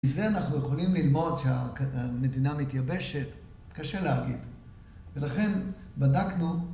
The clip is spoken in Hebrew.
מזה אנחנו יכולים ללמוד שהמדינה מתייבשת. קשה להגיד, ולכן בדקנו